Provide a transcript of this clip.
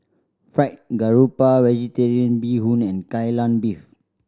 Fried Garoupa Vegetarian Bee Hoon and Kai Lan Beef